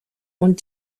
und